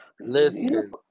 listen